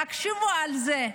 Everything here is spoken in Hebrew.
תקשיבו לזה,